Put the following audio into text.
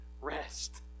rest